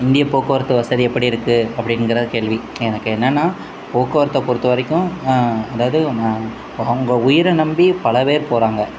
இந்திய போக்குவரத்து வசதி எப்படி இருக்குது அப்படிங்குற கேள்வி எனக்கு என்னன்னால் போக்குவரத்தை பொறுத்த வரைக்கும் அதாவது அவங்க உயிரை நம்பி பலப்பேர் போகிறாங்க